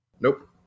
Nope